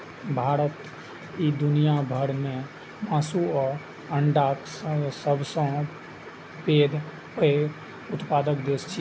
भारत आइ दुनिया भर मे मासु आ अंडाक सबसं पैघ उत्पादक देश छै